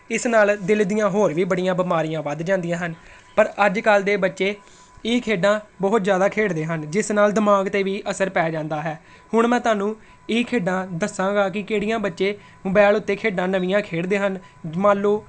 ਇਸ ਨਾਲ ਦਿਲ ਦੀਆਂ ਹੋਰ ਵੀ ਬੜੀਆਂ ਬਿਮਾਰੀਆਂ ਵੱਧ ਜਾਂਦੀਆਂ ਹਨ ਪਰ ਅੱਜ ਕੱਲ੍ਹ ਦੇ ਬੱਚੇ ਇਹ ਖੇਡਾਂ ਬਹੁਤ ਜ਼ਿਆਦਾ ਖੇਡਦੇ ਹਨ ਜਿਸ ਨਾਲ ਦਿਮਾਗ 'ਤੇ ਵੀ ਅਸਰ ਪੈ ਜਾਂਦਾ ਹੈ ਹੁਣ ਮੈਂ ਤੁਹਾਨੂੰ ਇਹ ਖੇਡਾਂ ਦੱਸਾਂਗਾ ਕਿ ਕਿਹੜੀਆਂ ਬੱਚੇ ਮੁਬਾਇਲ ਉੱਤੇ ਖੇਡਾਂ ਨਵੀਆਂ ਖੇਡਦੇ ਹਨ ਮੰਨ ਲਓ